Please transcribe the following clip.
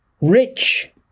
rich